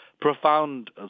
profound